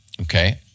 Okay